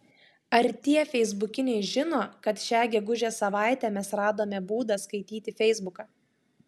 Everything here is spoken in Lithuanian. ar tie feisbukiniai žino kad šią gegužės savaitę mes radome būdą skaityti feisbuką